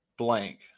blank